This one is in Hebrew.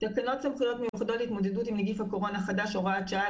תקנות סמכויות מיוחדות להתמודדות עם נגיף הקורונה החדש (הוראת שעה)